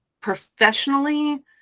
Professionally